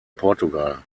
portugal